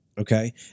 okay